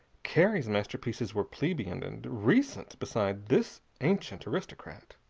cary's masterpieces were plebeian and recent beside this ancient aristocrat.